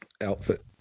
outfit